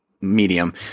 medium